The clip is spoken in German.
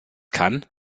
kann